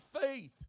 faith